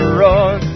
run